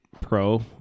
pro